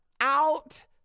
out